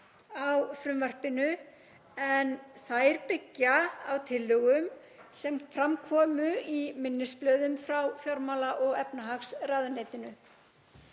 á frumvarpinu. Þær byggja á tillögum sem fram komu í minnisblöðum frá fjármála- og efnahagsráðuneytinu.